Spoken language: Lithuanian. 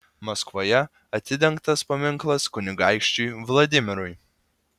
maskvoje atidengtas paminklas kunigaikščiui vladimirui